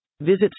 Visit